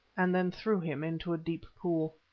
and then threw him into a deep pool.